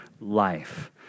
life